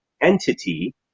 entity